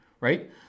right